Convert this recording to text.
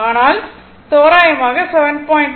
ஆனால் தோராயமாக 7